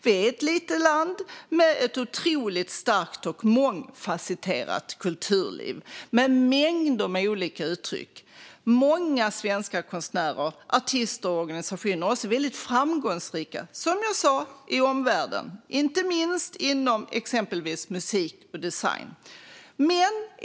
Vi är ett litet land med ett otroligt starkt och mångfasetterat kulturliv, med mängder av olika uttryck. Många svenska konstnärer, artister och organisationer är väldigt framgångsrika i omvärlden, inte minst inom exempelvis musik och design.